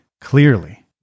clearly